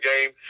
game